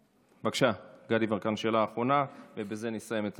בבקשה, גדי יברקן, שאלה אחרונה, ובזה נסיים את